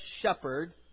shepherd